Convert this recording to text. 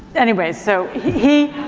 anyway, so, he,